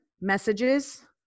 messages